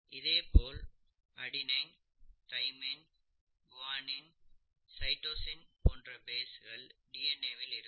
இதேபோல் adenine thymine guanine cytosine போன்ற பேஸ்கள் டிஎன்ஏ வில் இருக்கும்